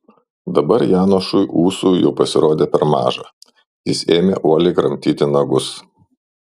dabar janošui ūsų jau pasirodė per maža jis ėmė uoliai kramtyti nagus